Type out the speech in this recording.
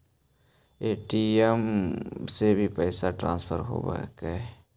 Paytm से भी पैसा ट्रांसफर होवहकै?